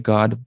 God